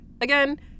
again